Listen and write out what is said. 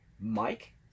Mike